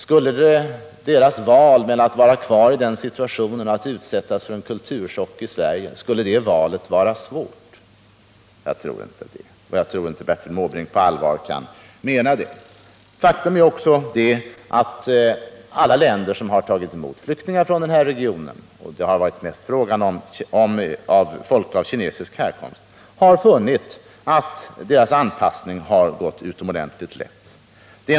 Skulle deras val mellan att vara kvar i den situationen och att utsättas för en kulturchock i Sverige vara svårt? Jag tror inte det, och jag tror inte att Bertil Måbrink på allvar kan mena det. Faktum är också att alla länder som har tagit emot flyktingar från den här regionen — det har mest varit fråga om folk av kinesisk härkomst — funnit att deras anpassning har gått utomordentligt lätt.